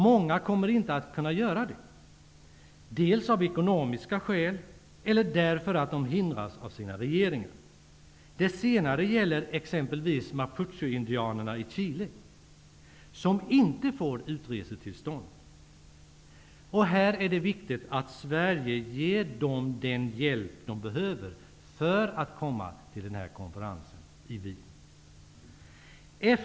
Många kommer inte att kunna göra det, av ekonomiska skäl eller därför att de hindras av sina regeringar. Det senare gäller t.ex. mapuchoindianerna i Chile, som inte får utresetillstånd. Här är det viktigt att Sverige ger dem den hjälp de behöver för att de skall kunna komma till konferensen i Wien.